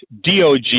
DOG